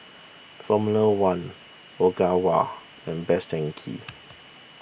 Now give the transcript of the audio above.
formula one Ogawa and Best Denki